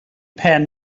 pen